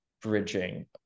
bridging